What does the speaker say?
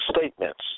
statements